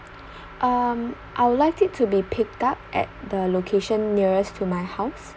um I would like it to be picked up at the location nearest to my house